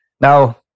Now